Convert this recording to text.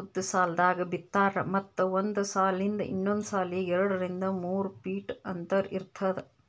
ಉದ್ದ್ ಸಾಲ್ದಾಗ್ ಬಿತ್ತಾರ್ ಮತ್ತ್ ಒಂದ್ ಸಾಲಿಂದ್ ಇನ್ನೊಂದ್ ಸಾಲಿಗ್ ಎರಡರಿಂದ್ ಮೂರ್ ಫೀಟ್ ಅಂತರ್ ಇರ್ತದ